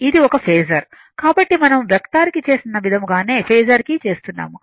ఇది ఒక ఫేసర్ కాబట్టి మనం వెక్టార్ కి చేసిన విధముగానే ఫేసర్ కి చేస్తున్నాము